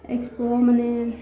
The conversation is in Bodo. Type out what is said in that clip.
इक्सप'वाव माने